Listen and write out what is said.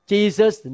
Jesus